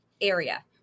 area